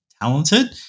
talented